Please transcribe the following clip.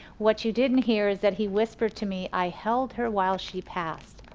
what you didn't hear was that he whispered to me. i held her while she passed.